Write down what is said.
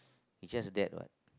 it's just that what